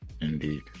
Indeed